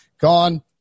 gone